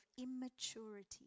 immaturity